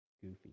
goofy